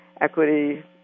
equity